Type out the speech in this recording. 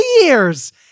years